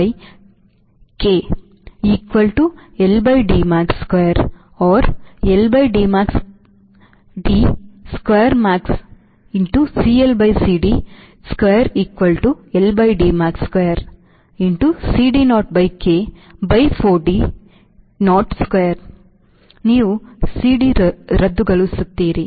CL by CD square equal to L by D max square C D naught by k by 4 CD naught square ನೀವು cd ರದ್ದುಗಳಿಸುತ್ತೀರಿ